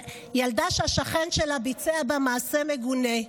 ילדה שהשכן שלה ביצע בה מעשה מגונה.